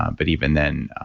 um but even then,